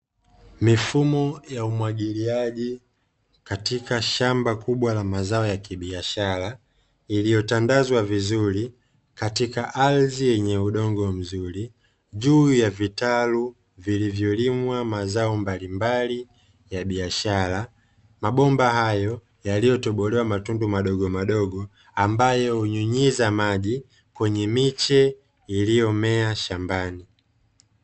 Mifumo ya umwagiliaji katika shamba kubwa la mazao ya kibiashara, iliyotandazwa vizuri katika ardhi yenye udongo mzuri, juu ya vitalu vilivyolimwa mazao mbalimbali ya biashara. Mabomba hayo yaliyotobolewa matundu madogomadogo, ambayo hunyunyiza maji kwenye miche iliyomea shambani.